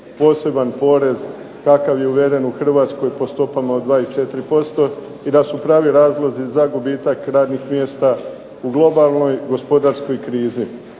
poseban porez kakav je uveden u Hrvatskoj po stopama od 24% i da su pravi razlozi za gubitak radnih mjesta u globalnoj gospodarskoj krizi.